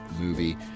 movie